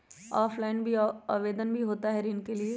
Offline भी आवेदन भी होता है ऋण के लिए?